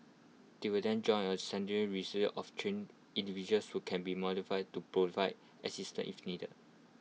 they will then join A central of trained individuals who can be mortified to provide assistant if needed